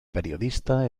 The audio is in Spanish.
periodista